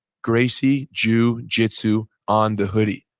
gracie jujitsu on the hoodie.